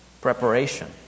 preparation